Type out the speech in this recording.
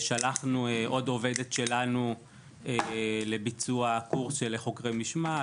אנחנו שלחנו עוד עובדת שלנו לביצוע הקורס של חוקרי משמעת,